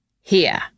Here